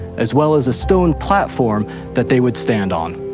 as well as a stone platform that they would stand on.